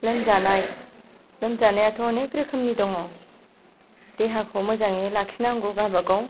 लोमजानाय लोमजानायाथ' गोबां रोखोमनि दङ देहाखौ मोजाङै लाखिनांगौ गावबागाव